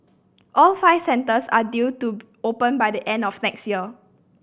all five centres are due to open by the end of next year